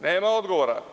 Nema odgovora.